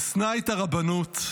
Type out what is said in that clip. ושנא את הרבנות,